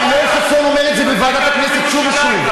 ויואל חסון אומר את זה בוועדת הכנסת שוב ושוב.